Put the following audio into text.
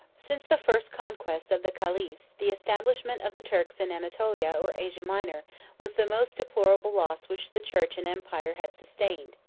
since the first conquests of the caliphs, the establishment of the turks in anatolia or asia minor was the most deplorable loss which the church and empire had sustained.